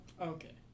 Okay